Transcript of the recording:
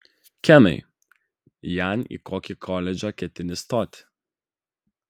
kenai jan į kokį koledžą ketini stoti